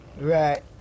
Right